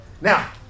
Now